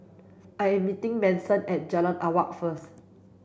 I am meeting Manson at Jalan Awang first